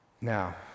Now